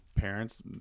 parents